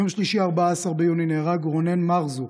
ביום שלישי 14 ביוני נהרג רונן מרזוק,